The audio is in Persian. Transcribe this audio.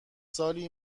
سالی